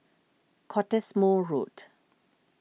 Cottesmore Road